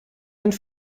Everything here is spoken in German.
einen